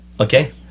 Okay